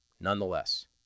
Nonetheless